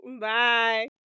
Bye